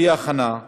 בלי הכנה,